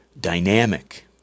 dynamic